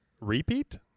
Repeat